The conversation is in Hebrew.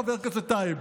חבר הכנסת טייב?